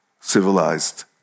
civilized